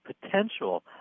potential